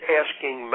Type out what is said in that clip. asking